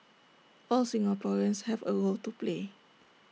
all Singaporeans have A role to play